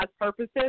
purposes